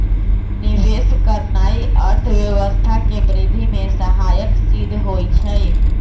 निवेश करनाइ अर्थव्यवस्था के वृद्धि में सहायक सिद्ध होइ छइ